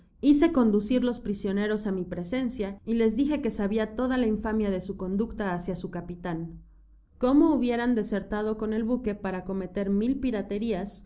hice conducir las prisioneros á mi presencia y les dije que sabia toda la infamia de su conducta hácia su capitan como hubieran desertado con el buque para cometer mil piraterias